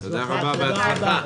תודה רבה ובהצלחה.